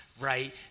right